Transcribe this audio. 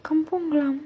kampong glam